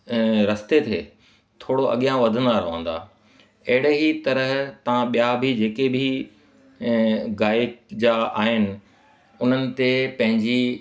रस्ते ते थोरो अॻियां वधंदा रहंदा अहिड़े ई तरह तव्हां ॿिया बि जे के बि गायक जा आहिनि उन्हनि ते पंहिंजी